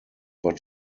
but